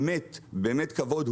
באמת כבוד,